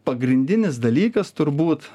pagrindinis dalykas turbūt